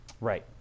Right